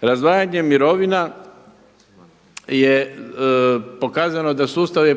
Razdvajanjem mirovina je pokazano da sustave